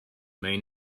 may